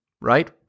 right